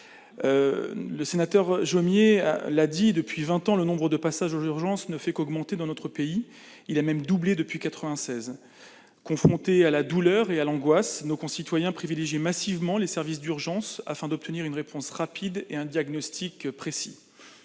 Bernard Jomier, depuis vingt ans, le nombre de passages aux urgences ne fait qu'augmenter dans notre pays. Il a même doublé depuis 1996. Confrontés à la douleur et à l'angoisse, nos concitoyens privilégient massivement les services d'urgence afin d'obtenir une réponse rapide et un diagnostic précis.